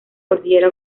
cordillera